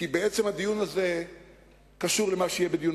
כי בעצם הדיון הזה קשור למה שיהיה בדיון